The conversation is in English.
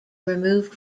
removed